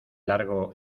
largo